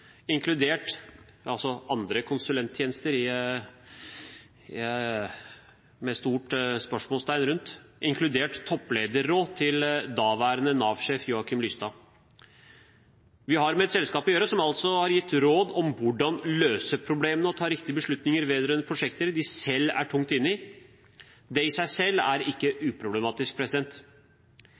inkludert topplederråd til daværende Nav-sjef Joakim Lystad. Vi har med et selskap å gjøre som altså har gitt råd om hvordan løse problemene og ta riktige beslutninger vedrørende prosjekter det selv er tungt inne i. Det i seg selv er ikke